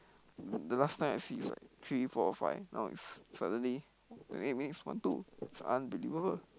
the last time I see is like three four five now is suddenly twenty eight minutes one two it's unbelievable